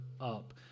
up